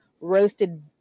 roasted